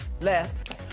left